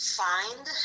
find